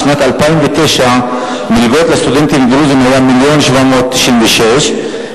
בשנת 2009 סך המלגות לסטודנטים דרוזים היה מיליון ו-796,000 שקל,